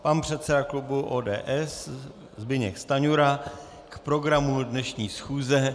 Pan předseda klubu ODS Zbyněk Stanjura k programu dnešní schůze.